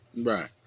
Right